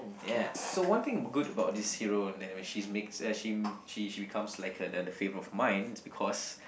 yeah so one thing good about this hero is that she makes she she becomes like the the favourite of mine is because